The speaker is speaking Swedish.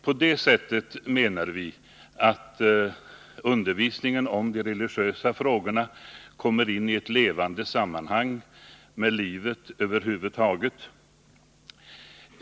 Vi menar att undervisningen om de religiösa frågorna på det sättet kommer in i ett levande sammanhang med livet över huvud taget.